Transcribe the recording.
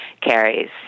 carries